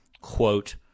quote